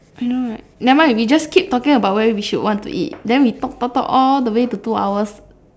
I know right never mind we just keep talking about where we should want to eat then we talk talk talk all the way to two hours